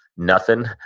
nothing.